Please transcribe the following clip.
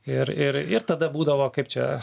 ir ir ir tada būdavo kaip čia